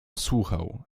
słuchał